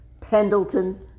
Pendleton